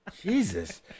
Jesus